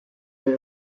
mir